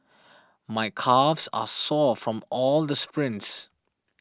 my calves are sore from all the sprints